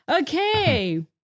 Okay